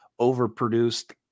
overproduced